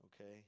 okay